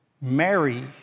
Mary